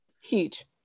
Huge